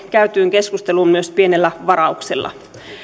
käytyyn keskusteluun myös pienellä varauksella